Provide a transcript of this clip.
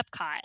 Epcot